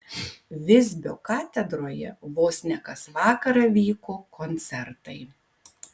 visbio katedroje vos ne kas vakarą vyko koncertai